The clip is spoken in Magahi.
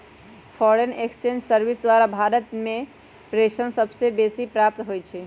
फॉरेन एक्सचेंज सर्विस द्वारा भारत में प्रेषण सबसे बेसी प्राप्त होई छै